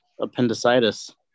appendicitis